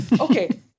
Okay